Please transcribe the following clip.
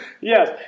Yes